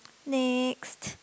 next